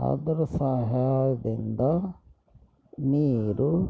ಅದರ ಸಹಾಯದಿಂದ ನೀರು